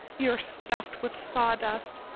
you are stuffed with sawdust.